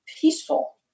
peaceful